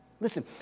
listen